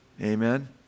Amen